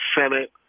Senate